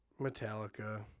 Metallica